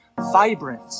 vibrant